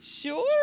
Sure